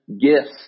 gifts